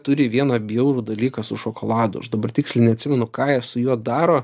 turi vieną bjaurų dalyką su šokoladu aš dabar tiksliai neatsimenu ką jie su juo daro